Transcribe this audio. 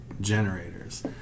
generators